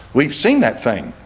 we've seen that thing